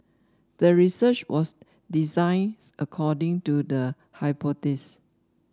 the research was designed according to the hypothesis